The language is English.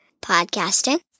podcasting